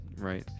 Right